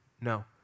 no